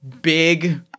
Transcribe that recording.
big